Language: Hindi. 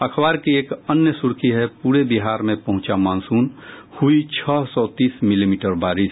अखबार की एक अन्य सुर्खी है पूरे बिहार में पहुंचा मॉनसून हुयी छह सौ तीस मिलीमीटर बारिश